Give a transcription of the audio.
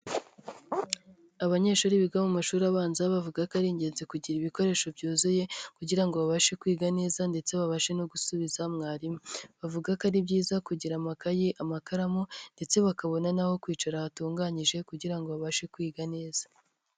Abanyeshuri biga mu mashuri abanza bavuga ko ari ingenzi kugira ibikoresho byuzuye kugira ngo babashe kwiga neza ndetse babashe no gusubiza mwarimu. Bavuga ko ari byiza kugira amakayi, amakaramu ndetse bakabona n'aho kwicara hatunganyije kugira ngo babashe kwiga neza.